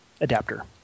adapter